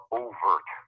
overt